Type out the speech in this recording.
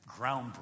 groundbreaking